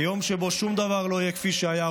כיום שבו שום דבר לא יהיה כפי שהיה,